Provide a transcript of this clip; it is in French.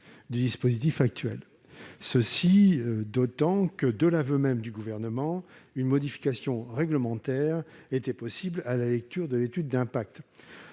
du dispositif actuel, et ce d'autant moins que, de l'aveu même du Gouvernement, une modification réglementaire était possible à la lecture de l'étude d'impact.